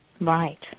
Right